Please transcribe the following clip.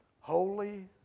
holy